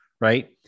Right